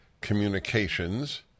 communications